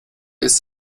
ist